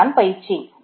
இதுதான் பயிற்சி